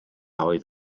oedd